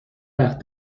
وقت